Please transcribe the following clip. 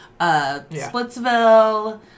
Splitsville